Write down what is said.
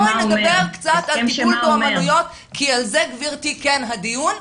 בואי נדבר קצת על טיפול באומנויות כי על זה גברתי הדיון,